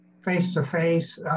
face-to-face